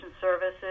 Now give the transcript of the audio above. Services